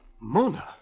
Mona